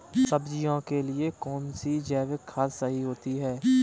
सब्जियों के लिए कौन सी जैविक खाद सही होती है?